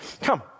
come